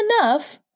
enough